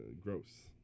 Gross